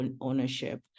ownership